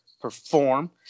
perform